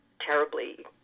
terribly